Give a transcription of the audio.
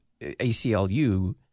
ACLU